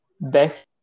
best